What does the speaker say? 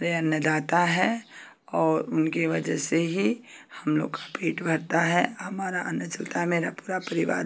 वे अन्नदाता हैं और उनकी वजह से ही हम लोग का पेट भरता है हमारा अन्न चलता है मेरा पूरा परिवार